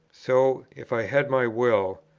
so, if i had my will,